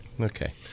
Okay